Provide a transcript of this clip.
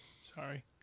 Sorry